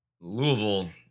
Louisville